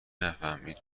نفهمید